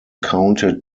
counted